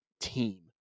team